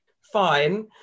fine